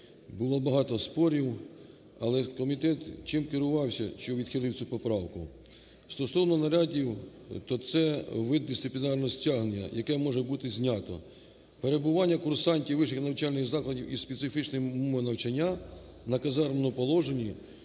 було багато спорів, але ж комітет чим керувався, що відхилив цю поправку. Стосовно нарядів, то це вид дисциплінарного стягнення, яке може бути знято. Перебування курсантів у вищих навчальних закладах із специфічними умовами навчанням на казарменому положенні